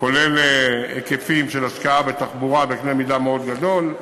כולל היקפים של השקעה בתחבורה בקנה-מידה מאוד גדול,